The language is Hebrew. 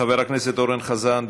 חבר הכנסת אורן חזן,